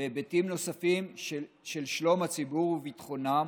בהיבטים נוספים של שלום הציבור וביטחונם,